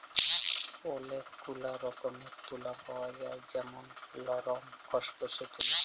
ওলেক গুলা রকমের তুলা পাওয়া যায় যেমল লরম, খসখসে তুলা